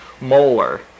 molar